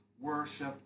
worship